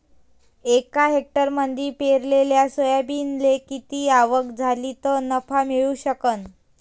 एका हेक्टरमंदी पेरलेल्या सोयाबीनले किती आवक झाली तं नफा मिळू शकन?